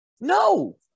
No